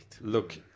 Look